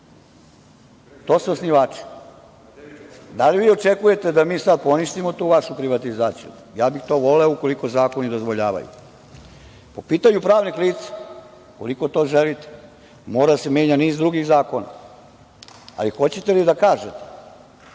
To su osnivači. Da li vi očekujete da mi sad poništimo tu vašu privatizaciju? Ja bih to voleo, ukoliko zakoni dozvoljavaju. Po pitanju pravnih lica, ukoliko to želite, mora da se menja niz drugih zakona. Ali, hoćete li da kažete